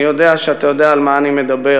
אני יודע שאתה יודע על מה אני מדבר.